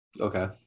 Okay